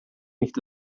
nicht